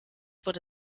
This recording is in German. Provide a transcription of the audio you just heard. wurde